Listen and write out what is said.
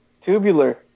Tubular